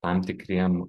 tam tikriem